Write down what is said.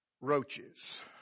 Roaches